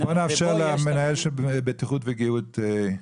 בוא נאפשר למנהל של בטיחות וגיהות.